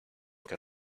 que